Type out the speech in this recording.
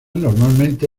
normalmente